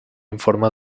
informe